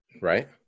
Right